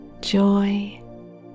joy